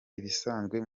ibisanzwe